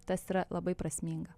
tas yra labai prasminga